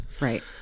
Right